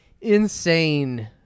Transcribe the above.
insane